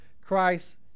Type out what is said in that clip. Christ